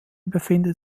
befindet